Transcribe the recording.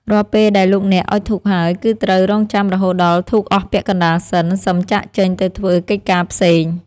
រាល់ពេលដែលលោកអ្នកអុជធូបហើយ គឺត្រូវរង់ចាំរហូតដល់ធូបអស់ពាក់កណ្តាលសិនសឹមចាកចេញទៅធ្វើកិច្ចការផ្សេង។